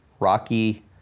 Rocky